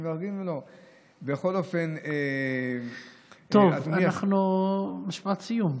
בכל אופן, אדוני השר, משפט סיום.